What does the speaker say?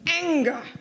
anger